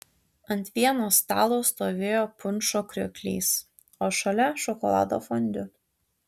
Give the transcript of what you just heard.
ant vieno stalo stovėjo punšo krioklys o šalia šokolado fondiu